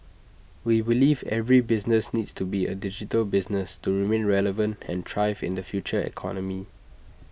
we believe every business needs to be A digital business to remain relevant and thrive in the future economy